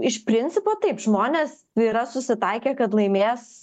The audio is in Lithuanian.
iš principo taip žmonės yra susitaikę kad laimės